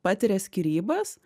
patiria skyrybas